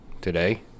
today